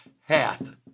Hath